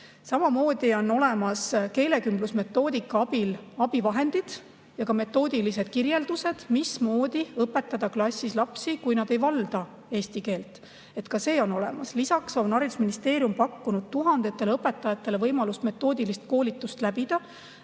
Samamoodi on olemas keelekümblusmetoodika abivahendid ja ka metoodilised kirjeldused, mismoodi õpetada klassis lapsi, kui nad ei valda eesti keelt. Ka need on olemas. Lisaks on haridusministeerium pakkunud tuhandetele õpetajatele võimalust läbida metoodiline koolitus. Kui